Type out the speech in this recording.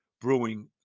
Brewing